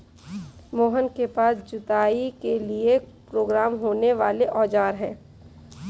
मोहन के पास जुताई के लिए प्रयोग होने वाले औज़ार है